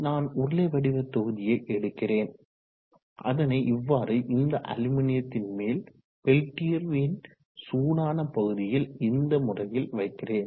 நான் உருளை வடிவ தொகுதியை எடுக்கிறேன் அதனை இவ்வாறு இந்த அலுமினியத்தின் மேல் பெல்டியரின் சூடான பகுதியில் இந்த முறையில் வைக்கிறேன்